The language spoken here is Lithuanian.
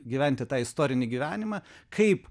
gyventi tą istorinį gyvenimą kaip